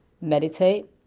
meditate